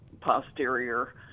posterior